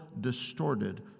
distorted